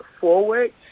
forward